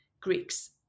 Greeks